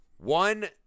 One